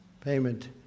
Payment